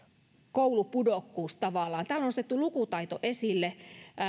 koulupudokkuusriski tavallaan täällä on nostettu lukutaito esille